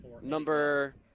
Number